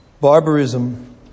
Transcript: Barbarism